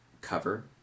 cover